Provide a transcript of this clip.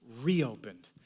reopened